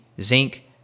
zinc